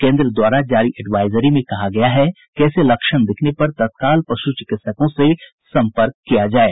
केन्द्र द्वारा जारी एडवाईजरी में कहा गया है कि ऐसे लक्षण दिखने पर तत्काल पशु चिकित्सकों से सम्पर्क किया जाये